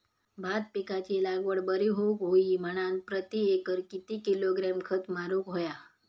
भात पिकाची लागवड बरी होऊक होई म्हणान प्रति एकर किती किलोग्रॅम खत मारुक होया?